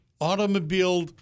automobile